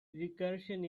recursion